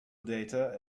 data